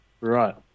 Right